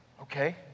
Okay